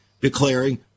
declaring